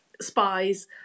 spies